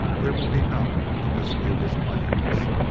there will be none to dispute his claims.